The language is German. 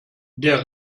der